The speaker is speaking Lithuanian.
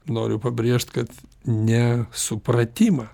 noriu pabrėžt kad ne supratimą